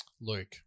Luke